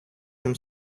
нам